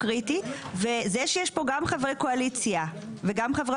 הוא קריטי וזה שיש פה גם חברי קואליציה וגם חברי